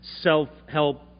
self-help